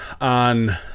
on